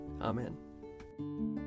Amen